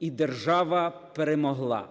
І держава перемогла.